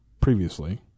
previously